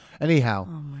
Anyhow